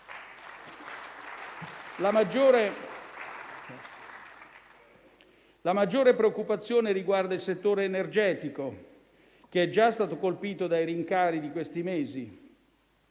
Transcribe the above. La maggiore preoccupazione riguarda il settore energetico, che è già stato colpito dai rincari di questi mesi.